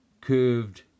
curved